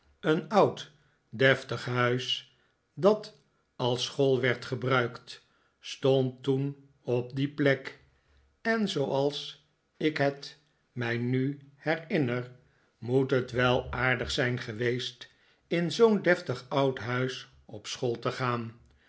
een oud deftig huis dat als school werd gebruikt stond toen op die plek en zooals ik het mij nu herinner moet het wel aardig zijn geweest in zoo'n deftig oud huis op school te gaan